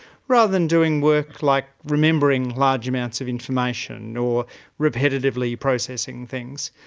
rather than doing work like remembering large amounts of information or repetitively processing things.